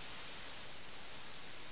ആധിപത്യം സ്ഥാപിച്ചു